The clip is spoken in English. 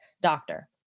doctor